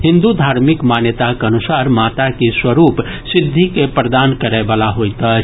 हिन्दु धार्मिक मान्यताक अनुसार माताक ई स्वरूप सिद्धि के प्रदान करयवला होइत अछि